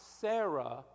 Sarah